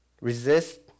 resist